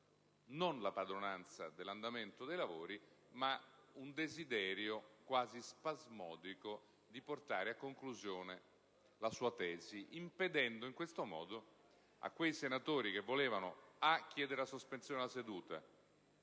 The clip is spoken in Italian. non la padronanza dell'andamento dei lavori, ma un desiderio quasi spasmodico di portare a conclusione la sua tesi, impedendo in questo modo a quei senatori che volevano chiedere la sospensione della seduta,